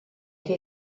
que